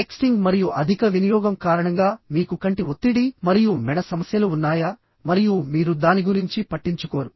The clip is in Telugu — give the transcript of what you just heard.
టెక్స్టింగ్ మరియు అధిక వినియోగం కారణంగా మీకు కంటి ఒత్తిడి మరియు మెడ సమస్యలు ఉన్నాయా మరియు మీరు దాని గురించి పట్టించుకోరు